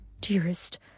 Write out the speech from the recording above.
Dearest